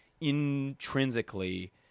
intrinsically